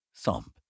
thump